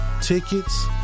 tickets